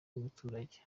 w’abaturage